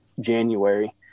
January